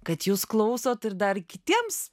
kad jūs klausot ir dar kitiems